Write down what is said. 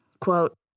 Quote